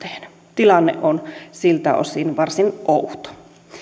tilanne on siltä osin varsin outo